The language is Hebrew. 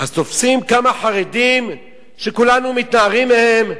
אז תופסים כמה חרדים, שכולנו מתנערים מהם,